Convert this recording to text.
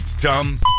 dumb